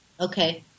Okay